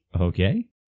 Okay